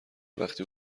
وقتی